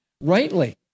rightly